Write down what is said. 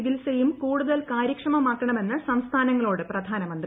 ചികിത്സയും കൂടുതൽ ക്കാര്യക്ഷമമാക്കണമെന്ന് സംസ്ഥാനങ്ങളോട് പ്രധാീന്റമന്ത്രി